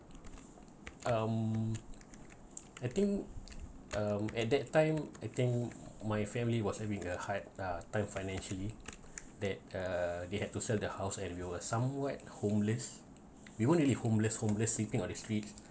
um I think um at that time I think my family was having a hard uh time financially that uh they have to sell the house and we were somewhat homeless we weren't really homeless homeless sleeping on the streets